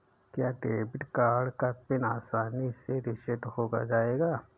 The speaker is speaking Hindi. क्या डेबिट कार्ड का पिन आसानी से रीसेट हो जाएगा?